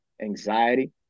anxiety